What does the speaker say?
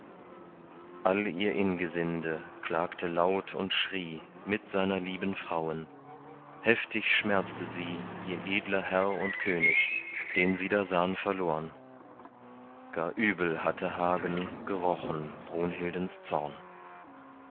all ihr ingesinde klagte laut und schrie mit seiner lieben frauen heftig schmerzte sie ihr edler herr und könig den sie da sahn verlorn gar übel hatte hagen gerochen brunhildens zorn